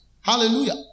Hallelujah